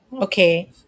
Okay